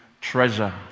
treasure